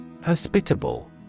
Hospitable